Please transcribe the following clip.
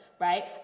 right